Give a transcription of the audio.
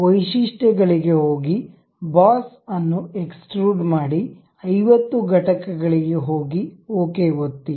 ವೈಶಿಷ್ಟ್ಯ ಗಳಿಗೆ ಹೋಗಿ ಬಾಸ್ ಅನ್ನು ಎಕ್ಸ್ಟ್ರುಡ್ ಮಾಡಿ 50 ಘಟಕಗಳಿಗೆ ಹೋಗಿ ಓಕೆ ಒತ್ತಿ